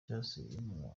cyasubiyemo